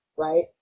Right